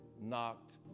knocked